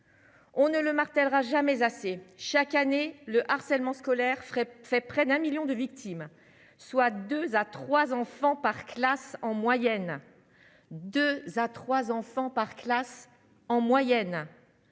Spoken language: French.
On ne le martèlera jamais assez : chaque année, le harcèlement scolaire fait près d'un 1000000 de victimes, soit 2 à 3 enfants par classe en moyenne 2 à 3 enfants par classe en moyenne,